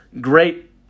Great